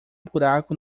buraco